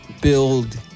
build